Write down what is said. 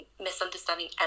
misunderstanding